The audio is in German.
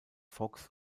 fox